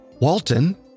Walton